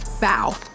Bow